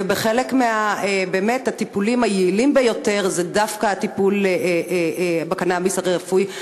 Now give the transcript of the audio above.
ואחד מהטיפולים היעילים ביותר זה דווקא הטיפול בקנאביס הרפואי.